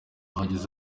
ahagaze